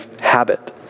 habit